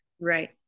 Right